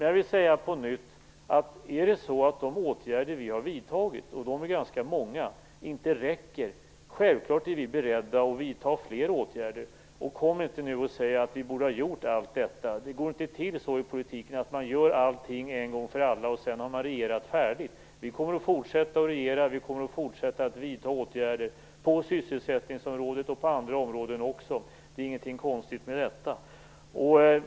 Jag vill på nytt säga att om de åtgärder vi har vidtagit inte räcker - och de är ganska många - är vi självklart beredda att vidta fler åtgärder. Och kom nu inte och säg att vi borde ha gjort allt detta. Det går inte till så i politiken att man gör allting en gång för alla och sedan har regerat färdigt. Vi kommer att fortsätta regera, och vi kommer att fortsätta att vidta åtgärder på sysselsättningsområdet och även på andra områden. Det är ingenting konstigt med detta.